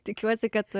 tikiuosi kad